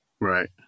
right